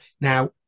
Now